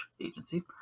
Agency